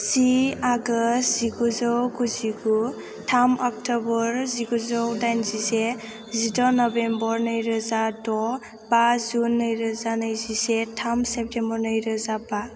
जि August जिगुजौ गुजिगु थाम अक्ट'बर जिगुजौ दाइनजिसे जिद' नबेम्बर नैरोजा द' बा जुन नैरोजा नैजिसे थाम सेप्तेम्बर नैरोजा बा